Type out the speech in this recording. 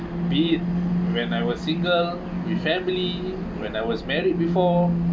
be it when I was single with family when I was married before